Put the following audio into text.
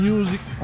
Music